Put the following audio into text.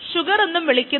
5ഗ്രാം ആണ്